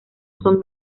son